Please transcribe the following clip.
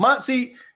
See